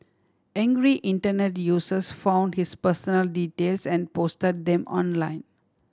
angry Internet users found his personal details and post them online